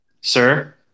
Sir